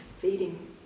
feeding